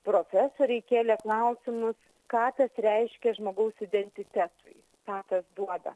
profesoriai kėlė klausimus ką tas reiškia žmogaus identitetui ką tas duoda